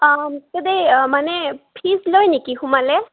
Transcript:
অঁ মানে ফিজ লয় নেকি সোমালে